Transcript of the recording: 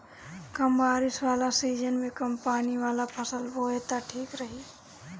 कम बारिश वाला सीजन में कम पानी वाला फसल बोए त ठीक रही